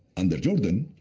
under jordan,